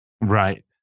Right